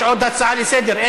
יש עוד הצעה לסדר-היום,